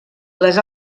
les